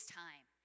time